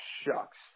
shucks